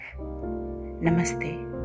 Namaste